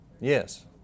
yes